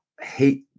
hate